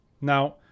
Now